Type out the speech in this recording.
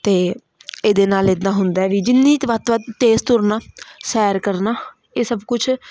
ਅਤੇ ਇਹਦੇ ਨਾਲ ਇੱਦਾਂ ਹੁੰਦਾ ਵੀ ਜਿੰਨੀ ਤੇ ਵੱਧ ਤੋਂ ਵੱਧ ਤੇਜ਼ ਤੁਰਨਾ ਸੈਰ ਕਰਨਾ ਇਹ ਸਭ ਕੁਛ